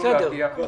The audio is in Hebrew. יש את